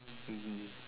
mm